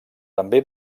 també